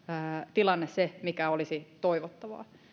tilanne se mikä olisi toivottavaa